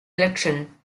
election